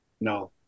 No